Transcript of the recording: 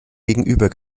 gegenüber